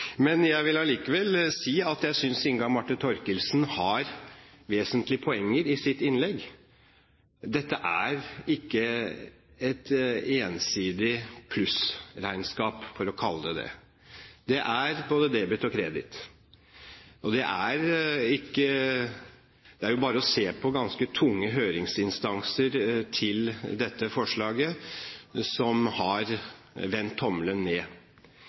Men jeg vil allikevel si at jeg synes Inga Marte Thorkildsen har vesentlige poenger i sitt innlegg. Dette er ikke et ensidig plussregnskap, for å kalle det det. Det er både debet og kredit. Det er bare å se på ganske tunge høringsinstanser til dette forslaget som har vendt tommelen ned.